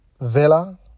Villa